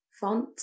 font